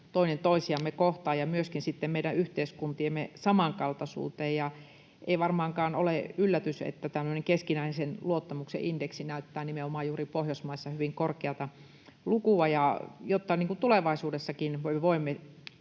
toinen toisiamme kohtaan, ja myöskin sitten meidän yhteiskuntiemme samankaltaisuuteen. Ei varmaankaan ole yllätys, että tämmöinen keskinäisen luottamuksen indeksi näyttää nimenomaan juuri Pohjoismaissa hyvin korkeata lukua, ja jotta tulevaisuudessakin voimme